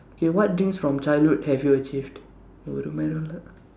K what dreams from childhood have you achieved ஒரு மயிரும் இல்ல:oru mayirum illa